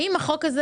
האם החוק הזה